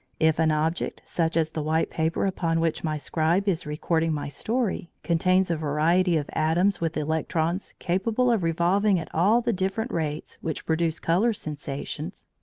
if an object, such as the white paper upon which my scribe is recording my story, contains a variety of atoms with electrons capable of revolving at all the different rates which produce colour sensations,